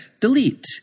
Delete